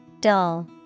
Dull